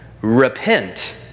Repent